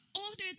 ordered